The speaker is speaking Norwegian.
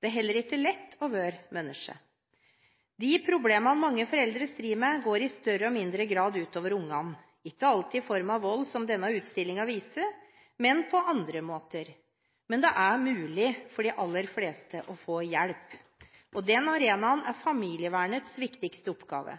Det er heller ikke lett å være menneske. De problemer mange foreldre strir med, går i større eller mindre grad ut over ungene, ikke alltid i form av vold, som denne utstillingen viser, men på andre måter. Men det er mulig for de aller fleste å få hjelp. Denne arenaen er familievernets viktigste oppgave.